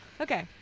okay